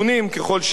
ככל שהם קיימים.